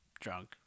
drunk